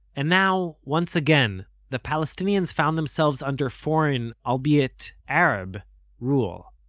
and now, once again, the palestinians found themselves under foreign albeit arab rule.